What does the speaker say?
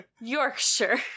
yorkshire